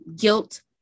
guilt